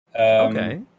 Okay